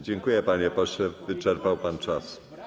Dziękuję, panie pośle, wyczerpał pan czas.